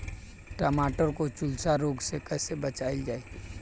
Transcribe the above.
टमाटर को जुलसा रोग से कैसे बचाइल जाइ?